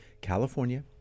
California